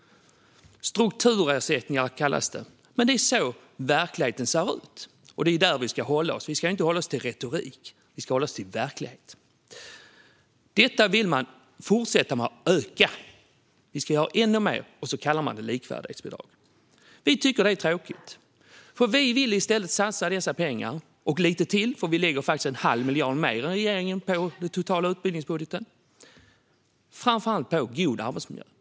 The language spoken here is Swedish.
Strukturersättningar kallas det, men det är så verkligheten ser ut, och det är där vi ska hålla oss. Vi ska inte hålla oss till retorik; vi ska hålla oss till verkligheten. Detta vill man fortsätta med att öka. Vi ska ha ännu mer av detta, och så kallar man det likvärdighetsbidrag. Vi tycker att det är tråkigt. Vi vill i stället satsa dessa pengar och lite till - vi lägger faktiskt en halv miljard mer än regeringen på den totala utbildningsbudgeten - på framför allt god arbetsmiljö.